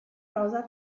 rosa